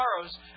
sorrows